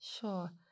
Sure